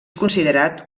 considerat